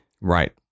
Right